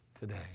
today